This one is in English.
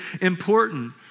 important